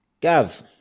Gav